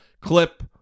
clip